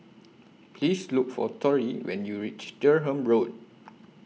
Please Look For Torie when YOU REACH Durham Road